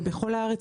בכל הארץ,